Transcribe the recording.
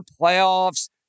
playoffs